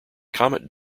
comet